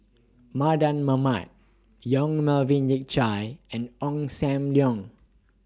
Mardan Mamat Yong Melvin Yik Chye and Ong SAM Leong